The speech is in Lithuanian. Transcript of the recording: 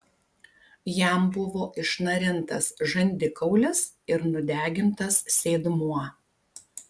jam buvo išnarintas žandikaulis ir nudegintas sėdmuo